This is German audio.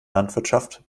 landwirtschaft